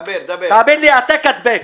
תאמין לי, העתק-הדבק.